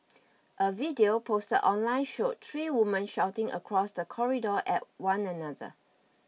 a video posted online showed three women shouting across the corridor at one another